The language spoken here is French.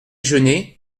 genêts